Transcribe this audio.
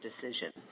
decision